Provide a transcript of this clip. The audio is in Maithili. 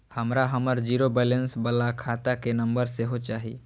हमरा हमर जीरो बैलेंस बाला खाता के नम्बर सेहो चाही